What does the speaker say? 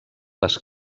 les